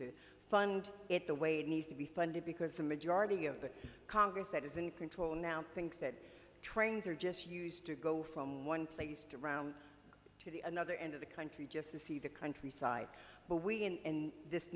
to fund it the way it needs to be funded because the majority of the congress that is in control now thinks that trains are just used to go from one place to round to the another end of the country just to see the countryside but we in this